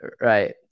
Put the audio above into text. Right